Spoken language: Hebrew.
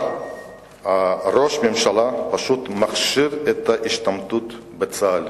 ראש הממשלה פשוט מכשיר את ההשתמטות מצה"ל.